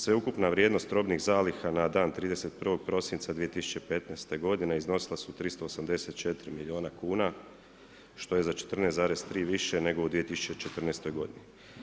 Sveukupna vrijednost robnih zaliha na dan 31. prosinca 2015. godine iznosila su 384 milijuna kuna što je za 14,3 više nego u 2014. godini.